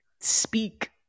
speak